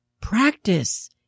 practice